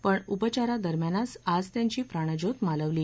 पण उपचारादरम्यानच आज त्यांची प्राणज्योत मालवली